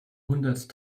hundert